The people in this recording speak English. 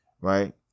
right